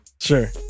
Sure